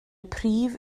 prif